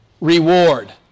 reward